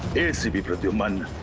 acp pradyuman